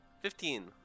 Fifteen